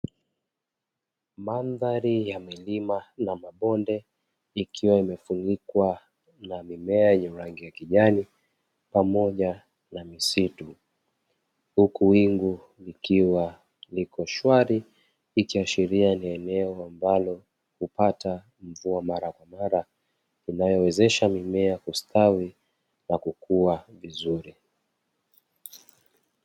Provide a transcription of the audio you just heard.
Mandhari ya milima na mabonde, ikiwa imefunikwa na mimea yenye rangi ya kijani, nyasi, na misitu, huku wingu likiwa liko shwari. ikiashiria ni eneo ambalo hupata mvua mara kwa mara, inayowezesha mimea kustawi na kukuwa vizuri.